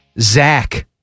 Zach